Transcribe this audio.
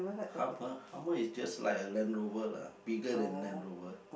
hummer hummer is just like a land rover lah bigger than land rover